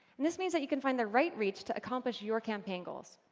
this means that you can find the right reach to accomplish your campaign goals.